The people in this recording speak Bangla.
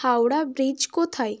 হাওড়া ব্রিজ কোথায়